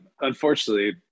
Unfortunately